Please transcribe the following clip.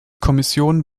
kommission